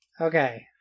Okay